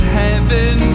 heaven